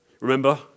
Remember